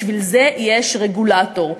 בשביל זה יש רגולטור.